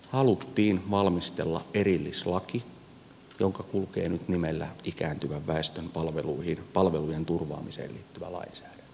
haluttiin valmistella erillislaki joka kulkee nyt nimellä ikääntyvän väestön palvelujen turvaamiseen liittyvä lainsäädäntö sosiaali ja terveydenhuollossa